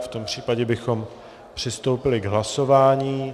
V tom případě bychom přistoupili k hlasování.